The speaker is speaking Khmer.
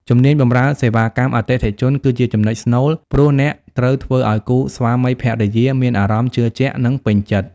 ជំនាញបម្រើសេវាកម្មអតិថិជន គឺជាចំណុចស្នូល ព្រោះអ្នកត្រូវធ្វើឱ្យគូស្វាមីភរិយាមានអារម្មណ៍ជឿជាក់ និងពេញចិត្ត។